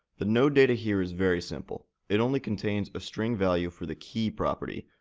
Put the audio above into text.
the node data here is very simple it only contains a string value for the key property,